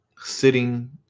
sitting